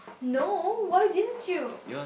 no why you been to